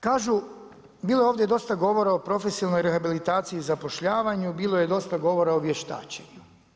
Kažu, bilo je ovdje dosta govora o profesionalnoj rehabilitaciji i zapošljavanju, bilo je dosta govora o vještačenju.